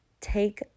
take